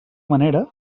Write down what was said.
manera